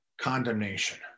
condemnation